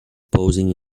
posing